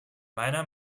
meiner